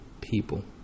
people